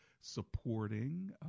supporting